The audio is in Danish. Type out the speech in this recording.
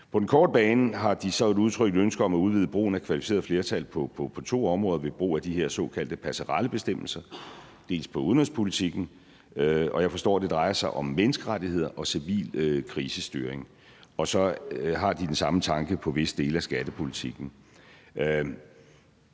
På den korte bane har de så et udtrykt ønske om at udvide brugen af kvalificeret flertal på to områder ved brug af de her såkaldte passerellebestemmelser. Det er på udenrigspolitikken, og jeg forstår, det drejer sig om menneskerettigheder og civil krisestyring, og så har de den samme tanke på visse dele af skattepolitikken.